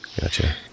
Gotcha